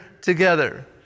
together